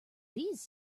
these